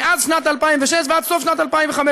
מאז שנת 2006 ועד סוף שנת 2015,